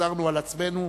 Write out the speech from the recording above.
שגזרנו על עצמנו,